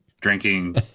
drinking